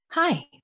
Hi